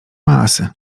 masy